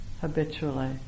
habitually